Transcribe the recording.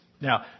Now